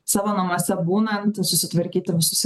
savo namuose būnant susitvarkyti visus